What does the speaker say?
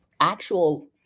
actual